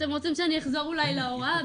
אתם רוצים שאני אחזור אולי להוראה?